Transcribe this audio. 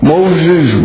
Moses